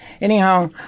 anyhow